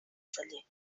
celler